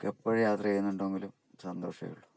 എനിക്ക് എപ്പോഴും യാത്ര ചെയ്തുകൊണ്ട് ഉണ്ടെങ്കിലും സന്തോഷമേ ഉള്ളൂ